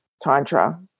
tantra